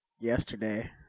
yesterday